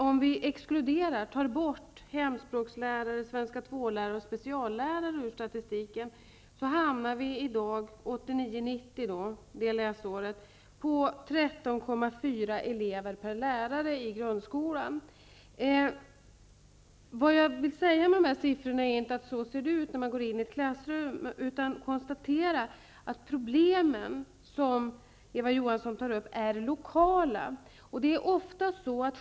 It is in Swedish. Om vi exkluderar hemspråkslärare, svenska 2 lärare och speciallärare ur statistiken, kommer vi för läsåret 1989/90 fram till siffran 13,4 elever per lärare i grundskolan. Vad jag med dessa siffror vill säga är inte att det ser ut på det här sättet i ett klassrum. Jag vill bara konstatera, fru talman, att problemen som Eva Johansson tar upp är lokala.